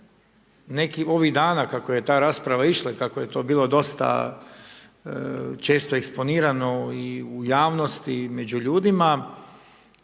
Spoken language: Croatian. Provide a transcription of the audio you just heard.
sam ovih dana kako je ta rasprava išla i kako je to bilo dosta često eksponirano i u javnosti i među ljudima,